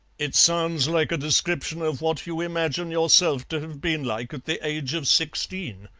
it sounds like a description of what you imagine yourself to have been like at the age of sixteen,